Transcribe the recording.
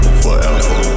forever